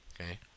Okay